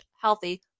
healthy